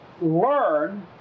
learn